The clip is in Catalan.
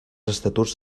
estatuts